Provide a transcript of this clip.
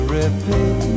repeat